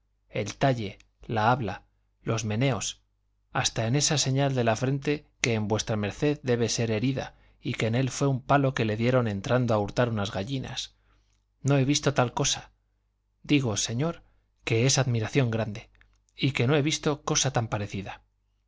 el talle la habla los meneos hasta en esa señal de la frente que en v md debe de ser herida y en él fue un palo que le dieron entrando a hurtar unas gallinas no he visto tal cosa digo señor que es admiración grande